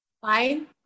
Fine